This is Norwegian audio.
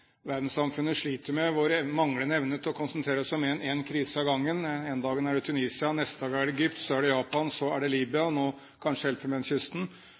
Verdenssamfunnet sliter med manglende evne til å konsentrere seg om én krise av gangen – den ene dagen er det Tunisia, den neste dagen er det Egypt, så er det Japan, og så er det Libya, og nå er det kanskje